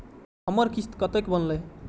हमर किस्त कतैक बनले?